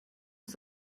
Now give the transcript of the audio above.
uns